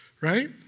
right